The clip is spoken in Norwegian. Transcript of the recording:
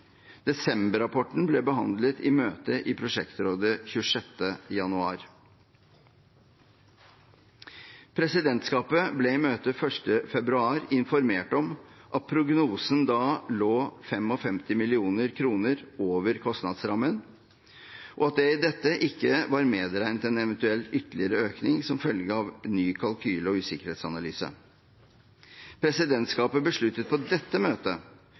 ble behandlet i møte i prosjektrådet 26. januar. Presidentskapet ble i møtet 1. februar informert om at prognosen da lå 55 mill. kr over kostnadsrammen, og at det i dette ikke var medregnet en eventuell ytterligere økning som følge av ny kalkyle og usikkerhetsanalyse. Presidentskapet besluttet på dette møtet